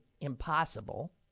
impossible